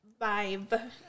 vibe